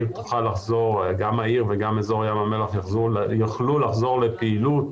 גם אילת וגם אזור ים המלח יוכלו לחזור לפעילות